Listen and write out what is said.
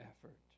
effort